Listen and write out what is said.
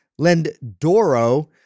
Lendoro